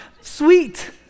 sweet